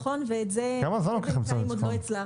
אלא שצריך למצוא את המתכון הנכון ואת זה עוד לא הצלחנו.